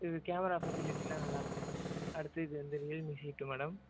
இது கேமரா ஃபெசிலிட்டிலாம் நல்லா இருக்கு மேடம் அடுத்து இது வந்து ரியல்மி சிடூ மேடம்